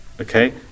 okay